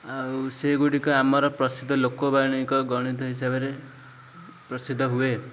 ଆଉ ସେଗୁଡ଼ିକ ଆମର ପ୍ରସିଦ୍ଧ ଲୋକବାଣୀଙ୍କ ଗଣିତ ହିସାବରେ ପ୍ରସିଦ୍ଧ ହୁଏ